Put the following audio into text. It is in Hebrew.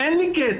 אין לי כסף,